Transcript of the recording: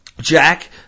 Jack